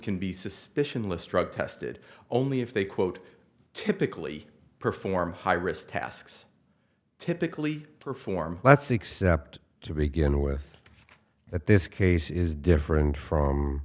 can be suspicion list drug tested only if they quote typically perform high risk tasks typically perform let's accept to begin with that this case is different from